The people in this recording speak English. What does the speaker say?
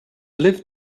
live